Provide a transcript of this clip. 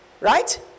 Right